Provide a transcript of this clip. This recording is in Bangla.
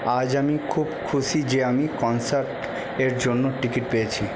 আজ আমি খুব খুশি যে আমি কনসার্টের জন্য টিকিট পেয়েছি